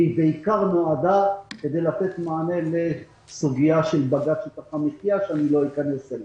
והיא בעיקר נועדה כדי לתת מענה לסוגיית בג"ץ שטח המחייה שלא אכנס אליה.